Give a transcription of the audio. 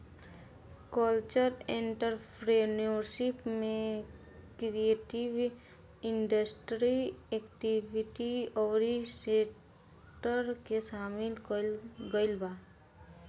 cultural entrepreneurship में creative industry activity अउरी sector के सामिल कईल गईल बा